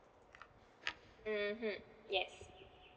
mmhmm yes